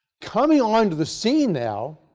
coming onto the scene now,